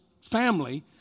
family